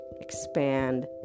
expand